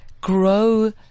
grow